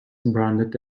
branded